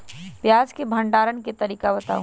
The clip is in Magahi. प्याज के भंडारण के तरीका बताऊ?